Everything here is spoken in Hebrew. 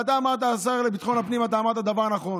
ואתה, השר לביטחון הפנים, אתה אמרת דבר נכון,